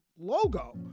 logo